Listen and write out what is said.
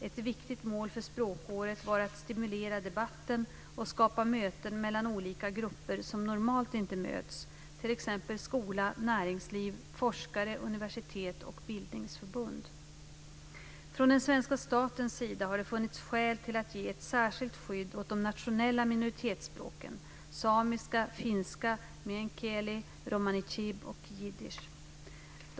Ett viktigt mål för språkåret var att stimulera debatten och skapa möten mellan olika grupper som normalt inte möts, t.ex. skola, näringsliv, forskare, universitet och bildningsförbund. Från den svenska statens sida har det funnits skäl till att ge ett särskilt skydd åt de nationella minoritetsspråken samiska, finska, meänkieli, romani chib och jiddisch.